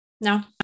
No